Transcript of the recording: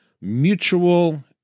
mutual